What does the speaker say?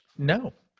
no.